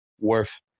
worth